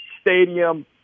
stadium